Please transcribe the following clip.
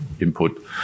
input